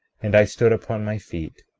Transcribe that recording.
and i stood upon my feet,